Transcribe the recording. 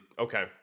Okay